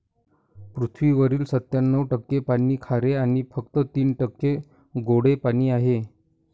पृथ्वीवरील सत्त्याण्णव टक्के पाणी खारे आणि फक्त तीन टक्के गोडे पाणी आहे